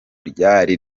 ryari